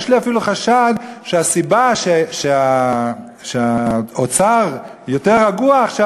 יש לי אפילו חשד שהסיבה שהאוצר יותר רגוע עכשיו